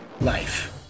life